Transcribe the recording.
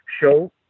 show